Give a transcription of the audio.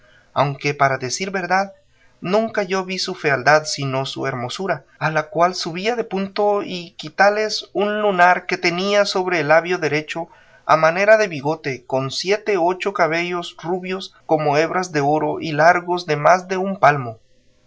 aunque para decir verdad nunca yo vi su fealdad sino su hermosura a la cual subía de punto y quilates un lunar que tenía sobre el labio derecho a manera de bigote con siete o ocho cabellos rubios como hebras de oro y largos de más de un palmo